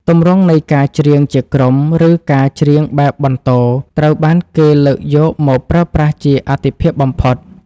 ទម្រង់នៃការច្រៀងជាក្រុម ឬការច្រៀងបែបបន្ទរ ត្រូវបានគេលើកយកមកប្រើប្រាស់ជាអាទិភាពបំផុត។